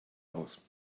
aus